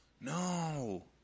No